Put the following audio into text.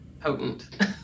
potent